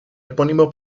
epónimo